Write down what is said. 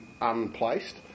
unplaced